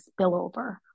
spillover